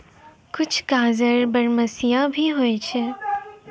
कुछ गाजर बरमसिया भी होय छै